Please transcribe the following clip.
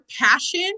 passion